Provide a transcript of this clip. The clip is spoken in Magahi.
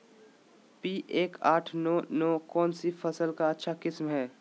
पी एक आठ नौ नौ कौन सी फसल का अच्छा किस्म हैं?